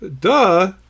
Duh